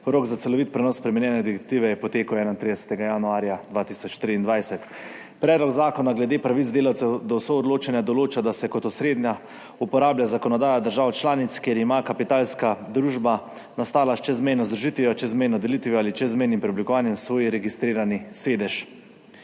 Rok za celovit prenos spremenjene direktive je potekel 31. januarja 2023. Predlog zakona glede pravic delavcev do soodločanja določa, da se kot osrednja uporablja zakonodaja držav članic, kjer ima kapitalska družba, nastala s čezmejno združitvijo, čezmejno delitvijo ali čezmejnim preoblikovanjem, svoj registrirani sedež.